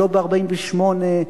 ולא ב-1948,